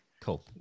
Cool